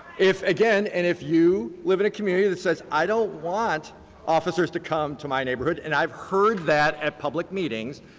again and if you live in a community that says i don't want officers to come to my neighborhood and i've heard that at public meetings,